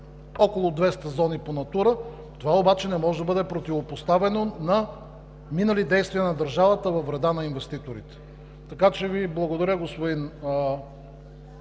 около 200 зони по „Натура 2000“. Това обаче не може да бъде противопоставено на минали действия на държавата във вреда на инвеститорите. Благодаря Ви, господин